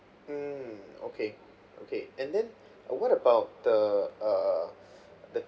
mm okay okay and then uh what about the uh the